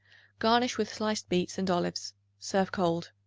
garnish with sliced beets and olives serve cold.